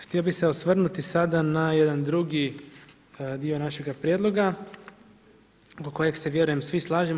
Htio bih se osvrnuti sada na jedan drugi dio našega prijedloga oko kojeg se vjerujem svi slažemo.